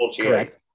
Correct